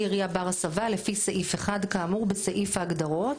ירייה בר הסבה לפי סעיף 1 כאמור בסעיף ההגדרות".